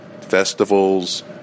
festivals